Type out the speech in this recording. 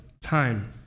time